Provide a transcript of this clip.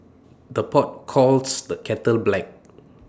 the pot calls the kettle black